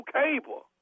cable